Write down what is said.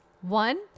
One